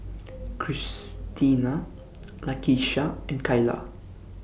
Cristina Lakisha and Kyla